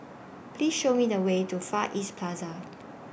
Please Show Me The Way to Far East Plaza